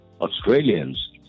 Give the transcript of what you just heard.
australians